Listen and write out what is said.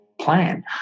plan